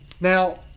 Now